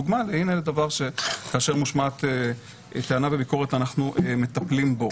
דוגמה לדבר שכאשר מושמעת טענה וביקורת אנחנו מטפלים בכך.